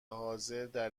حاضردر